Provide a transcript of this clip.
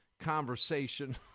conversation